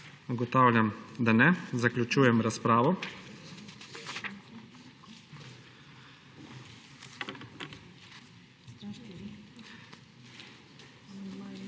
Ugotavljam, da ne, zato zaključujem razpravo.